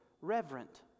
reverent